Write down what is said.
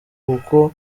kuko